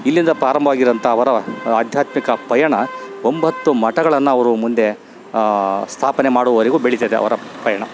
ಇಲ್ಲಿಂದ ಪ್ರಾರಂಭವಾಗಿರುವಂಥ ಅವರು ಆಧ್ಯಾತ್ಮಿಕ ಪಯಣ ಒಂಬತ್ತು ಮಠಗಳನ್ನ ಅವರು ಮುಂದೆ ಸ್ಥಾಪನೆ ಮಾಡುವವರೆಗು ಬೆಳಿತದೆ ಅವರ ಪಯಣ